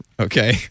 okay